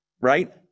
right